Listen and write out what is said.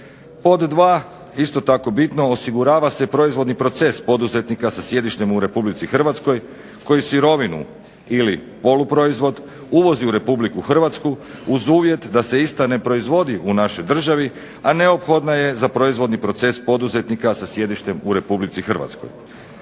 Pod 2. isto tako bitno, osigurava se proizvodni proces poduzetnika sa sjedištem u Republici Hrvatskoj koji sirovinu ili poluproizvod uvozi u Republiku Hrvatsku uz uvjet da se ista ne proizvodi u našoj državi, a neophodna je za proizvodni proces poduzetnika sa sjedištem u Republici Hrvatskoj.